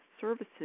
services